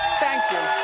thank you.